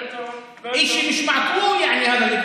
(אומר בערבית: ההצעה הזאת היא משהו בלתי נתפס,